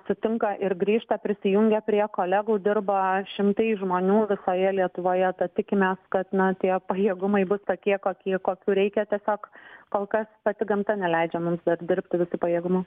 sutinka ir grįžta prisijungia prie kolegų dirba šimtai žmonių visoje lietuvoje tad tikimės kad na tie pajėgumai bus tokie kokie kokių reikia tiesiog kol kas pati gamta neleidžia mums dar dirbti visu pajėgumu